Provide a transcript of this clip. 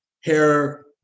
hair